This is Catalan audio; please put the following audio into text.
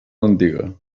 antiga